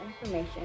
information